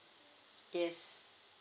yes